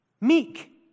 meek